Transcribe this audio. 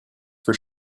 for